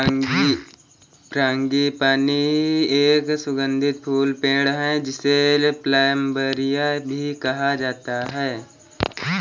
frangipani एक सुगंधित फूल पेड़ है, जिसे प्लंबरिया भी कहा जाता है